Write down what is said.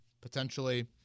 potentially